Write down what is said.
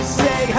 say